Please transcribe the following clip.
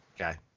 Okay